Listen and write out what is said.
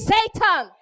Satan